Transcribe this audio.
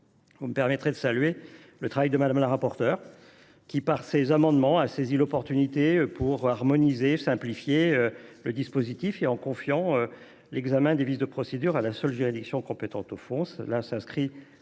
collègues, permettez moi de saluer le travail de Mme la rapporteure, qui, par ses amendements, a saisi l’opportunité de ce texte de loi pour harmoniser et simplifier le dispositif, en confiant l’examen des vices de procédure à la seule juridiction compétente au fond.